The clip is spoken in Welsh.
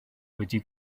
wedi